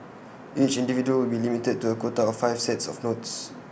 each individual will be limited to A quota of five sets of notes